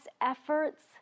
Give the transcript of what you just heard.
efforts